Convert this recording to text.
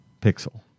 pixel